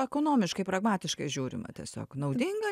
ekonomiškai pragmatiškai žiūrima tiesiog naudinga